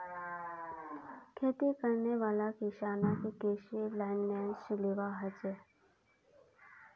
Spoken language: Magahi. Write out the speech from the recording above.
खेती करने वाला किसानक कृषि लाइसेंस लिबा हछेक